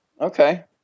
Okay